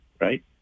Right